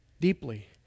deeply